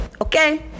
okay